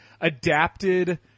adapted